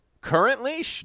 Currently